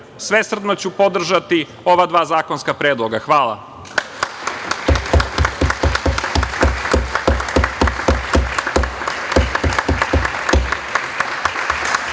svesrdno ću podržati ova dva zakonska predloga. Hvala.